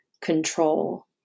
control